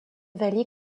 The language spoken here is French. vallée